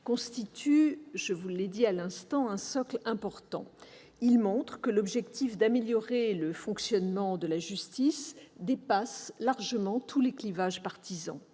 ces textes se veulent la traduction, constitue un socle important. Il montre que l'objectif d'améliorer le fonctionnement de la justice dépasse largement tous les clivages partisans.